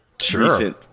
Sure